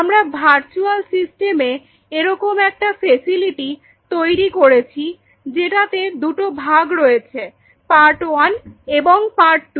আমরা ভার্চুয়াল সিস্টেমে এরকম একটা ফেসিলিটি তৈরি করেছি যেটাতে দুটো ভাগ রয়েছে পার্ট ওয়ান এবং পার্ট টু